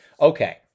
Okay